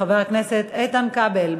חבר הכנסת איתן כבל,